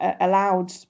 allowed